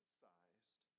sized